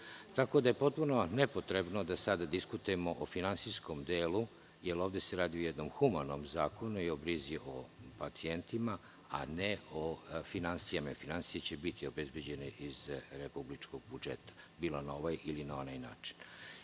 govorimo. Potpuno je nepotrebno da sada diskutujemo o finansijskom delu jer se ovde radi o humanom zakonu i brizi o pacijentima, a ne o finansijama, jer finansije će biti obezbeđene iz republičkog budžeta na ovaj ili onaj način. Ovo